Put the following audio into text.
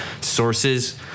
sources